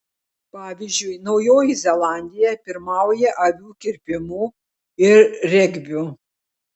pavyzdžiui naujoji zelandija pirmauja avių kirpimu ir regbiu